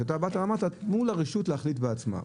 שאתה באת ואמרת "תנו לרשות להחליט בעצמך".